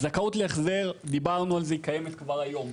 הזכאות להחזר, דיברנו על זה, היא קיימת כבר היום.